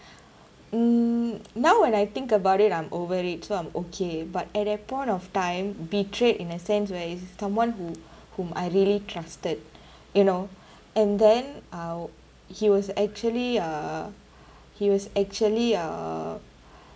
hmm now when I think about it I'm over it so I'm okay but at that point of time betrayed in a sense where is someone who whom I really trusted you know and then I'll he was actually uh he was actually uh